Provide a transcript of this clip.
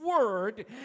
word